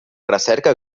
recerca